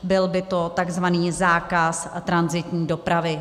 Byl by to tzv. zákaz tranzitní dopravy.